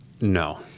No